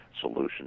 solution